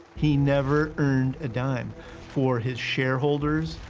he never earned a dime for his shareholders,